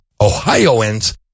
Ohioans